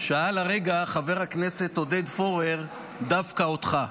שאל הרגע חבר הכנסת עודד פורר: דווקא אותך?